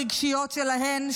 הרגשיות שלהן,